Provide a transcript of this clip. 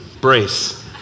brace